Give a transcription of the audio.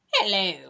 Hello